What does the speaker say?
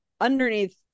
underneath